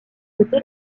côté